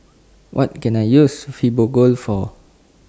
What Can I use Fibogel For